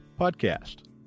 podcast